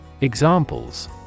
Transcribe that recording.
Examples